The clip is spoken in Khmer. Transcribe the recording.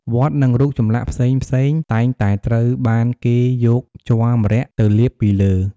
វត្ត និង រូបចម្លាក់ផ្សេងៗតែងតែត្រូវបានគេយកជ័រម្រ័ក្សណ៍ទៅលាបពីលើ។